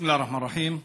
בסם אללה א-רחמאן א-רחים.